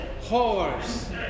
horse